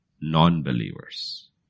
non-believers